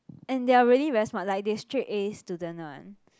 and they are really very smart like they straight As student one